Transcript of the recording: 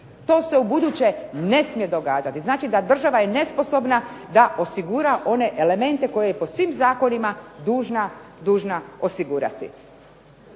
To se ubuduće ne smije događati, znači da država je nesposobna da osigura one elemente koje je po svim zakonima dužna osigurati.